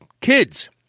kids